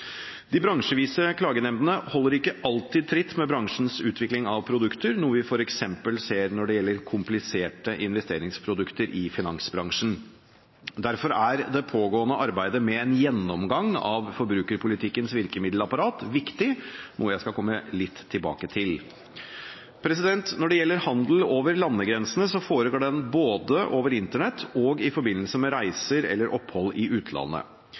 De bransjevise klagenemndene holder ikke alltid tritt med bransjens utvikling av produkter, noe vi f.eks. ser når det gjelder kompliserte investeringsprodukter i finansbransjen. Derfor er det pågående arbeidet med en gjennomgang av forbrukerpolitikkens virkemiddelapparat viktig, noe jeg skal komme litt tilbake til. Når det gjelder handel over landegrensene, foregår den både over internett og i forbindelse med reiser eller opphold i utlandet.